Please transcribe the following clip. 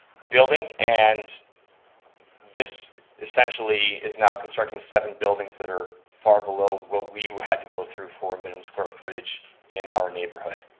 building, and this essentially is now constructing seven buildings that are far below what we had to go through for minimum square footage in our neighborhood.